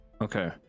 okay